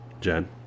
Jen